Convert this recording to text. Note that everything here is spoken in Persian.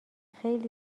خیلی